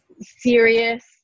serious